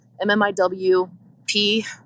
MMIWP